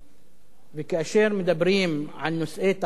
וכאשר מדברים על נושאי תעסוקה,